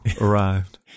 arrived